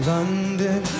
London